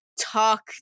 talk